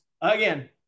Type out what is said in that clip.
again